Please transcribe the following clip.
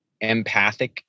empathic